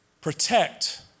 protect